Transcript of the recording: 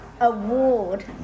award